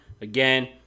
Again